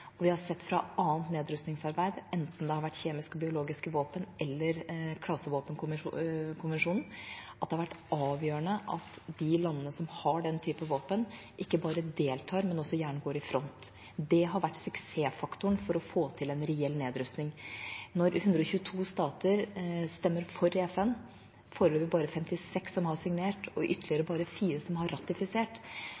Vi har sett fra annet nedrustningsarbeid, enten det har vært kjemiske og biologiske våpen eller klasevåpenkonvensjonen, at det har vært avgjørende at de landene som har den typen våpen, ikke bare deltar, men gjerne også går i front. Det har vært suksessfaktoren for å få til en reell nedrustning. Når 122 stater stemmer for i FN, mens det foreløpig bare er 56 som har signert, og